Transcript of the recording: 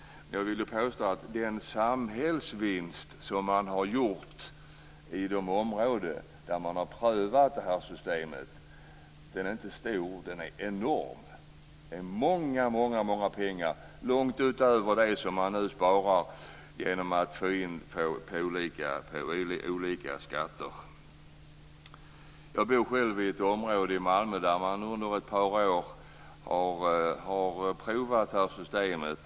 Jag vill påstå att den samhällsvinst som man har gjort i de områden där man har prövat det här systemet inte är stor - den är enorm! Det är många, många pengar, långt mer än det som man nu sparar genom olika skatter. Jag bor själv i ett område i Malmö där man under ett par år har provat det här systemet.